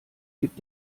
gibt